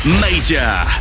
Major